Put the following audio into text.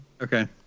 Okay